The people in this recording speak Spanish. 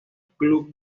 club